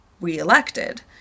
reelected